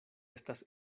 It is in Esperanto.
estas